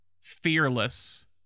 fearless